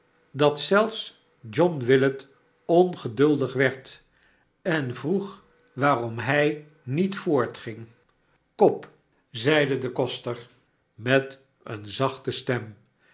dat zelfs john willet ongeduldig werd en vroeg waarom hij niet voortging cobb zeide de koster met eene zachte stem